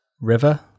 River